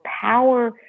power